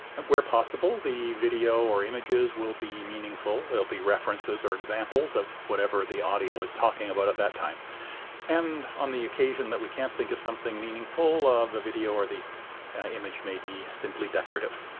and where possible the video or images will be meaningful they'll be references or examples of whatever the audio is talking about at that time and on the occasion that we can't think of something meaningful, the video or the image may be simply decorative.